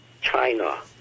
China